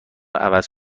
عوض